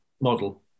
model